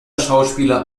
schauspieler